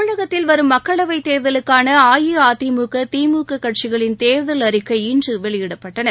தமிழகத்தில் வரும் மக்களவை தேர்தலுக்கான அஇஅதிமுக திமுக கட்சிகளின் தேர்தல் அறிக்கை இன்று வெளியிடப்பட்டன